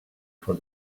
for